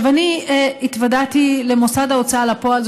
אני התוודעתי למוסד ההוצאה לפועל,